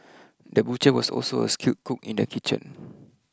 the butcher was also a skilled cook in the kitchen